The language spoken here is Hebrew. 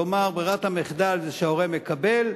כלומר ברירת המחדל היא שההורה מקבל,